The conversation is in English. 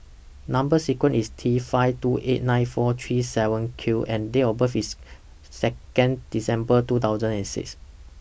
Number sequence IS T five two eight nine four three seven Q and Date of birth IS Second December two thousand and six